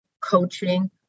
coaching